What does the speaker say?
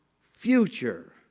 future